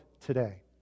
today